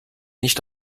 nicht